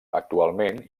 actualment